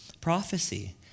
prophecy